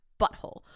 butthole